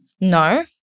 No